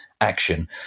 action